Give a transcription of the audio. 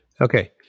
Okay